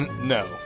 no